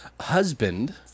husband